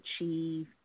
achieve